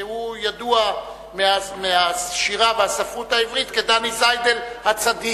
והוא ידוע מהשירה והספרות העברית כ"דני זיידל הצדיק".